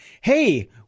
Hey